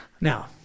Now